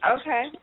Okay